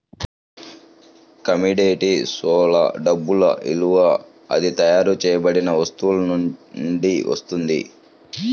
కమోడిటీస్లో డబ్బు విలువ అది తయారు చేయబడిన వస్తువు నుండి వస్తుంది